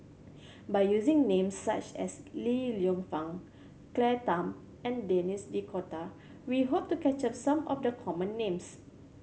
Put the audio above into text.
by using names such as Li Lienfung Claire Tham and Denis D'Cotta we hope to capture some of the common names